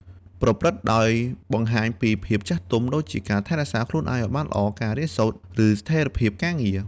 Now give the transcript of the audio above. ប្រព្រឹត្តដោយបង្ហាញពីភាពចាស់ទុំ ដូចជាការថែរក្សាខ្លួនឯងឲ្យបានល្អ ការរៀនសូត្រ ឬស្ថិរភាពការងារ។